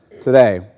today